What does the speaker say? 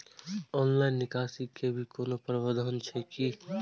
Online निकासी के भी कोनो प्रावधान छै की?